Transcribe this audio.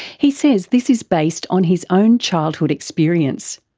he says this is based on his own childhood experience.